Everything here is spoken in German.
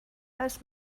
als